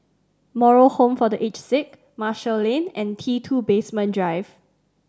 Moral Home for The Aged Sick Marshall Lane and T Two Basement Drive